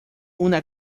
una